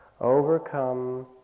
overcome